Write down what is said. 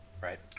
Right